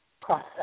process